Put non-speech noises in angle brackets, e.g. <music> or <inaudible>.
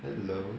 <noise>